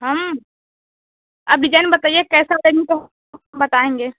हम अभी जन बताइए कैसा पहनते हो बताएँगे